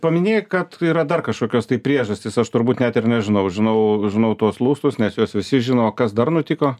paminėjai kad yra dar kažkokios tai priežastys aš turbūt net ir nežinau žinau žinau tuos lustus nes juos visi žino o kas dar nutiko